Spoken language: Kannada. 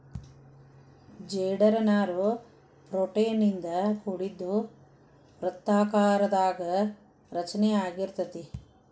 ಜೇಡದ ನಾರು ಪ್ರೋಟೇನ್ ಇಂದ ಕೋಡಿದ್ದು ವೃತ್ತಾಕಾರದಾಗ ರಚನೆ ಅಗಿರತತಿ